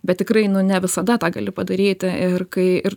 bet tikrai nu ne visada tą gali padaryti ir kai ir